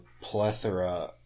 plethora